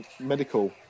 medical